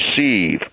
receive